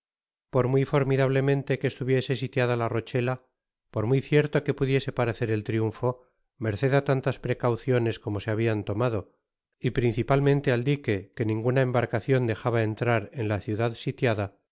por muy formidablemente que estuviese sitiada la rochela por muy cierto que pudiese parecer el triunfo merced á tantas precauciones como se habian tomado y principalmente al dique que ninguna embarcacion dejaba entrar en la ciudad sitiada